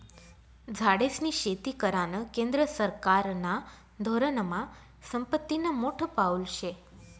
झाडेस्नी शेती करानं केंद्र सरकारना धोरनमा संपत्तीनं मोठं पाऊल शे